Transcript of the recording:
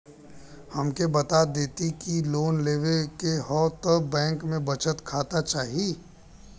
हमके बता देती की लोन लेवे के हव त बैंक में बचत खाता चाही?